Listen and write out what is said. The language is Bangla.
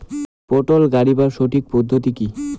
পটল গারিবার সঠিক পদ্ধতি কি?